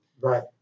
Right